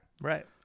Right